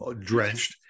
drenched